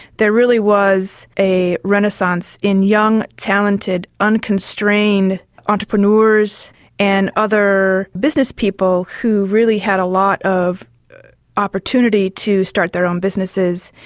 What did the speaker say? there really was a renaissance in young, talented, unconstrained entrepreneurs and other businesspeople who really had a lot of opportunity to start their own businesses.